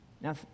Now